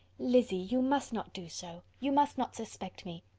lizzy, you must not do so. you must not suspect me.